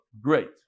great